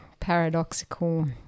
paradoxical